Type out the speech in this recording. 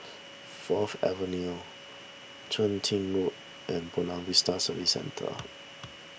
Fourth Avenue Chun Tin Road and Buona Vista Service Centre